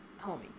Homie